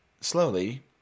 slowly